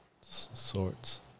sorts